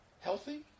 healthy